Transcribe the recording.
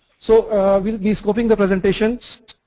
so weill be scoping the presentations.